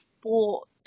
bought